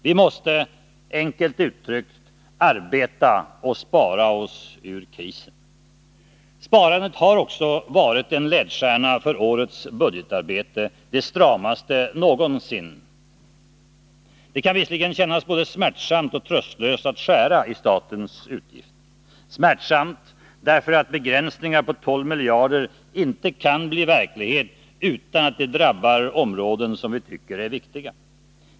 Vi måste, enkelt uttryckt, arbeta och spara oss ur krisen. Sparandet har också varit en ledstjärna för årets budgetarbete, det stramaste någonsin. Det kan visserligen kännas både smärtsamt och tröstlöst att skära i statens utgifter. Smärtsamt därför att begränsningar på 12 miljarder inte kan bli verklighet utan att drabba områden som vi tycker är viktiga.